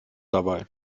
dabei